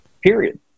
Period